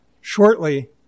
shortly